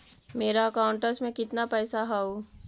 मेरा अकाउंटस में कितना पैसा हउ?